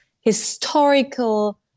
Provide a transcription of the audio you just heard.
historical